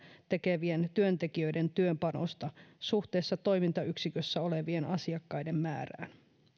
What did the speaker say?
tekevien työntekijöiden työpanosta suhteessa toimintayksikössä olevien asiakkaiden määrään